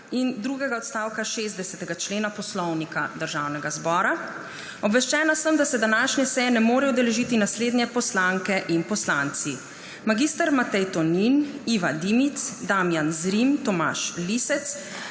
in drugega odstavka 60. člena Poslovnika Državnega zbora. Obveščena sem, da se današnje seje ne morejo udeležiti naslednji poslanke in poslanci: mag. Matej Tonin, Iva Dimic, Damijan Zrim, Tomaž Lisec,